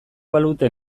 balute